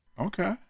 Okay